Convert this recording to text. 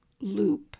loop